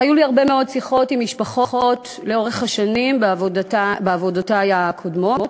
היו לי הרבה מאוד שיחות עם משפחות לאורך השנים בעבודותי הקודמות,